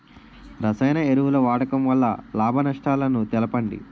రసాయన ఎరువుల వాడకం వల్ల లాభ నష్టాలను తెలపండి?